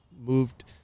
moved